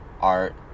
art